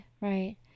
right